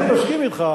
אני מסכים אתך,